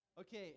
Okay